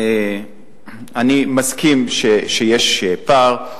אני מסכים שיש פער,